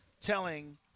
telling